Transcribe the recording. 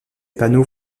panneaux